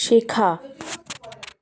শেখা